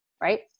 right